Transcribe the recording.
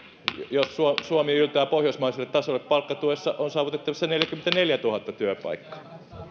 jos suomi yltää pohjoismaiselle tasolle palkkatuessa on saavutettavissa neljäkymmentäneljätuhatta työpaikkaa